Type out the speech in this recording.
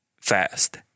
fast